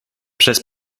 przez